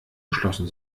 geschlossen